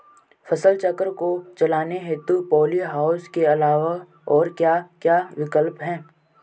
फसल चक्र को चलाने हेतु पॉली हाउस के अलावा और क्या क्या विकल्प हैं?